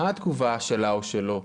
מה התגובה שלה או שלו?